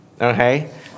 Okay